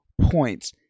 points